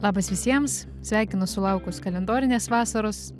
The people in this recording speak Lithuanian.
labas visiems sveikinu sulaukus kalendorinės vasaros